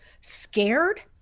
scared